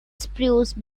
spruce